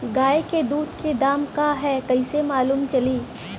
गाय के दूध के दाम का ह कइसे मालूम चली?